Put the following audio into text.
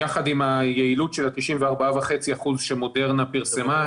יחד עם היעילות של 94.5% שמודרנה פרסמה,